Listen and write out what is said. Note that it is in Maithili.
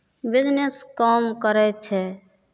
बिजनेस काम करै छै